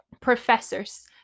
professors